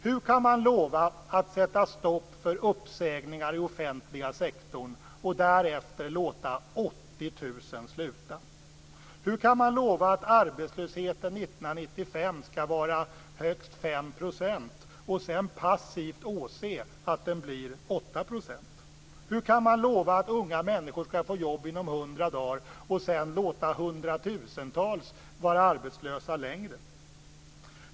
Hur kan man lova att sätta stopp för uppsägningar i offentliga sektorn och därefter låta 1995 skall vara högst 5 % och sedan passivt åse att den blir 8 %? Hur kan man lova att unga människor skall få jobb inom 100 dagar och sedan låta hundratusentals vara arbetslösa längre?